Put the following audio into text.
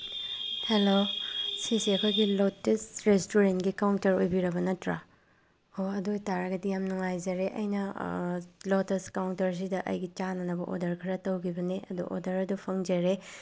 hello ꯁꯤꯁꯦ ꯑꯩꯈꯣꯏꯒꯤ Lotus ꯔꯦꯁꯇꯨꯔꯦꯟꯒꯤ ꯀꯥꯎꯟꯇ꯭ꯔ ꯑꯣꯏꯕꯤꯔꯕ ꯅꯠꯇ꯭ꯔꯥ ꯑꯣ ꯑꯗꯨ ꯑꯣꯏ ꯇꯥꯔꯒꯗꯤ ꯌꯥꯝ ꯅꯨꯉꯥꯏꯖꯔꯦ ꯑꯩꯅ ꯂꯣꯇꯁ ꯀꯥꯎꯟꯇ꯭ꯔꯁꯤꯗ ꯑꯩꯒꯤ ꯆꯥꯅꯅꯕ ꯑꯣꯔꯗ꯭ꯔ ꯈꯔ ꯇꯧꯈꯤꯕꯅꯦ ꯑꯗꯣ ꯑꯣꯔꯗ꯭ꯔ ꯑꯗꯨ ꯐꯪꯖꯔꯦ